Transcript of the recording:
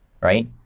right